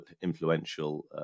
influential